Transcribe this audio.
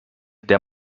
der